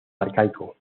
arcaico